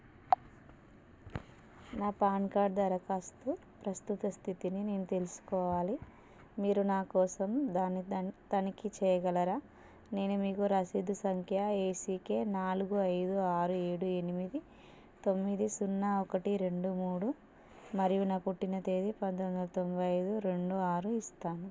నా PAN card దరఖాస్తు ప్రస్తుత స్థితిని నేను తెలుసుకోవాలి మీరు నా కోసం దాన్ని దానికి తనిఖీ చేయగలరా నేను మీకు రసీదు సంఖ్య ఏసీకే నాలుగు ఐదు ఆరు ఏడు ఎనిమిది తొమ్మిది సున్నా ఒకటి రెండు మూడు మరియు నా పుట్టిన తేదీ పంతొమ్మిది వందల తొంభై ఐదు ఆరు ఇస్తాను